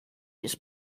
its